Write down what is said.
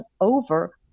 over